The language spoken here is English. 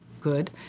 good